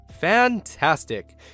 Fantastic